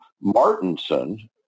Martinson